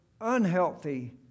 unhealthy